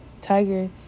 tiger